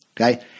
Okay